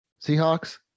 seahawks